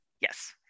Yes